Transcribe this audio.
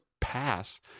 pass